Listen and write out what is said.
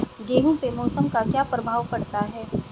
गेहूँ पे मौसम का क्या प्रभाव पड़ता है?